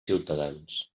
ciutadans